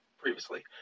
previously